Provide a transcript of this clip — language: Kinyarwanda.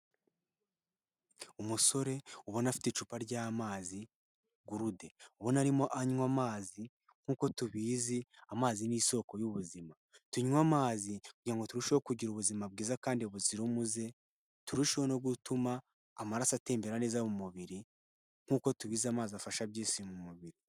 Umusore ubona afite icupa ry'amazi gurude, ubona arimo anywa amazi nk' tubizi amazi n'isoko y'ubuzima, tunywe amazi kugira ngo turusheho kugira ubuzima bwiza kandi buzira umuze turusheho no gutuma amaraso atembera neza mu mubiri nk'uko tubizi amazi afasha byisi mu mubiri.